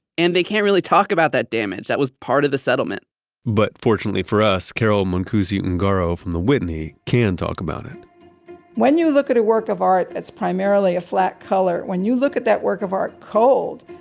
and they can't really talk about that damage. that was part of the settlement but fortunately for us, carol mancusi-ungaro from the whitney can talk about it when you look at a work of art that's primarily a flat color, when you look at that work of art cold,